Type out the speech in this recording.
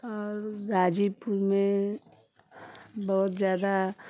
और गाजीपुर में बहुत ज़्यादा